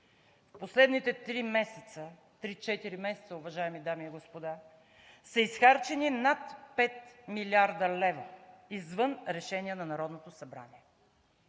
три-четири месеца, уважаеми дами и господа, са изхарчени над 5 млрд. лв. извън решение на Народното събрание.